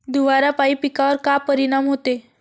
धुवारापाई पिकावर का परीनाम होते?